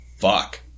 fuck